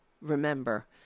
remember